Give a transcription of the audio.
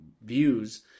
views